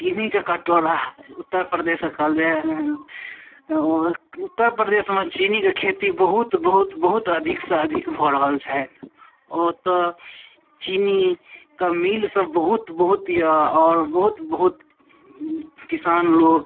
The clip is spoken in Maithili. चीनीके कटोरा उत्तर परदेशके कहल जाइया ओ उत्तर परदेशमे चीनीके खेती बहुत बहुत बहुत अधिक सँ अधिक भऽ रहल छथि ओतऽ चीनीके मील सभ बहुत बहुत यऽ आओर बहुत बहुत किसान लोक